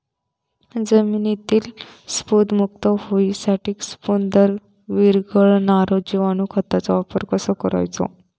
जमिनीतील स्फुदरमुक्त होऊसाठीक स्फुदर वीरघळनारो जिवाणू खताचो वापर कसो करायचो?